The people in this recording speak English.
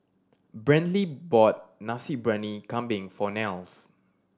Brantley bought Nasi Briyani Kambing for Nels